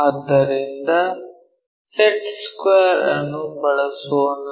ಆದ್ದರಿಂದ set square ಅನ್ನು ಬಳಸೋಣ